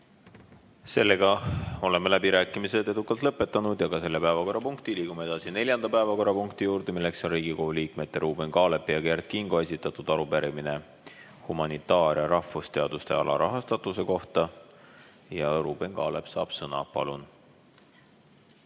Oleme läbirääkimised edukalt lõpetanud ja ka selle päevakorrapunkti. Liigume edasi neljanda päevakorrapunkti juurde, milleks on Riigikogu liikmete Ruuben Kaalepi ja Kert Kingo esitatud arupärimine humanitaar- ja rahvusteaduste alarahastatuse kohta. Ruuben Kaalep saab sõna. Palun!